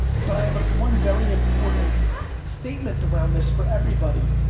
but i have one very important statement around this for everybody,